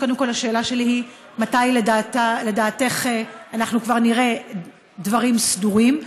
אז קודם כול השאלה שלי היא מתי לדעתך כבר נראה דברים סדורים?